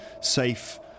safe